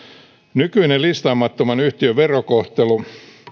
nykyinen listaamattoman yhtiön verokohtelu